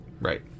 right